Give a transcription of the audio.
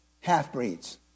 half-breeds